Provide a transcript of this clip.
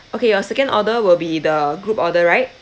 okay your second order will be the group order right